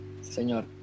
Señor